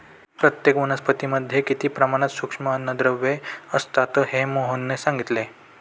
प्रत्येक वनस्पतीमध्ये किती प्रमाणात सूक्ष्म अन्नद्रव्ये असतात हे मोहनने सांगितले